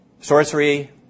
Sorcery